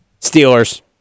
Steelers